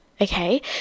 okay